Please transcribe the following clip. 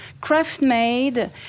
craft-made